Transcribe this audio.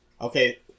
okay